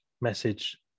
message